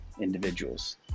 individuals